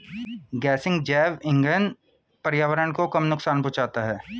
गेसिंग जैव इंधन पर्यावरण को कम नुकसान पहुंचाता है